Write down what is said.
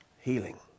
healing